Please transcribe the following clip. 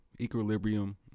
Equilibrium